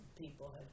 people